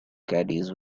caddies